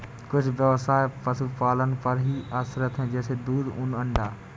कुछ ब्यवसाय पशुपालन पर ही आश्रित है जैसे दूध, ऊन, अंडा